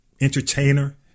entertainer